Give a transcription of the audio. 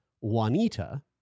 Juanita